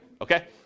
Okay